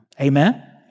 Amen